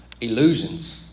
illusions